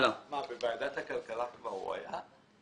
בוועדת הכלכלה הוא כבר היה?